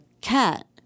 cat